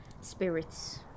spirits